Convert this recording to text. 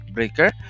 Breaker